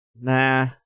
Nah